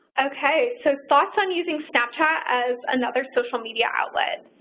okay, so thoughts on using snapchat as another social media outlet?